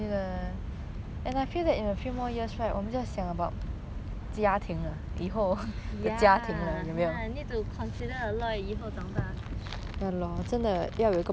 ya ya need to consider like a lot eh 以后长大